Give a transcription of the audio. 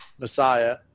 messiah